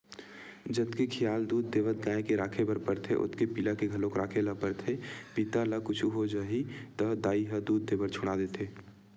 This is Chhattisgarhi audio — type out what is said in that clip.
जतके खियाल दूद देवत गाय के राखे बर परथे ओतके पिला के घलोक राखे ल परथे पिला ल कुछु हो जाही त दाई ह दूद देबर छोड़ा देथे